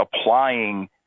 applying